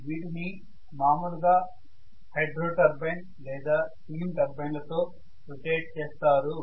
వీటిని మాములుగా hydro turbine లేదా స్టీమ్ టర్బైన్ లతో రొటేట్ చేస్తారు